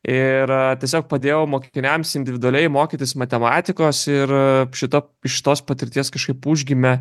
ir tiesiog padėjau mok kiniams individualiai mokytis matematikos ir šita iš šitos patirties kažkaip užgimė